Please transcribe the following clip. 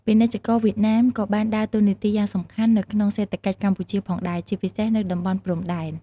ពាណិជ្ជករវៀតណាមក៏បានដើរតួនាទីយ៉ាងសំខាន់នៅក្នុងសេដ្ឋកិច្ចកម្ពុជាផងដែរ ជាពិសេសនៅតំបន់ព្រំដែន។